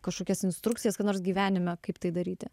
kašokias instrukcijas kada nors gyvenime kaip tai daryti